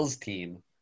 team